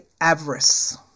avarice